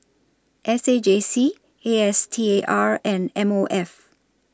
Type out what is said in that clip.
S A J C A S T A R and M O F